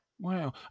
Wow